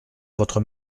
votre